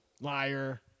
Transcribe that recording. Liar